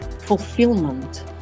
fulfillment